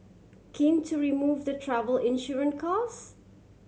keen to remove the travel insurance cost